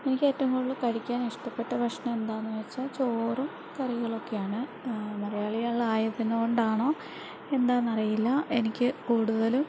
എനിക്ക് എറ്റവും കൂടുതൽ കഴിക്കാൻ ഇഷ്ടപ്പെട്ട ഭക്ഷണം എന്താണെന്ന് ചോദിച്ചാൽ ചോറും കറികളുമൊക്കെയാണ് മലയാളികളായതുക്കൊണ്ടാണോ എന്താണെന്നറിയില്ല എനിക്ക് കൂടുതലും